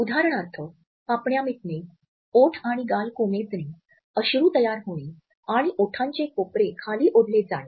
उदाहरणार्थ पापण्या मिटणे ओठ आणि गाल कोमेजणे अश्रू तयार होणे आणि ओठांचे कोपरे खाली ओढले जाणे